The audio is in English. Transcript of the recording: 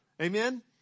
Amen